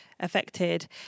affected